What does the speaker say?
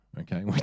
okay